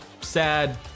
sad